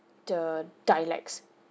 the dialects